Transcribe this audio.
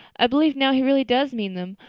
i believe now he really does mean them,